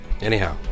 Anyhow